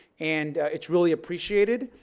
and it's really appreciated.